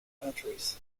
countries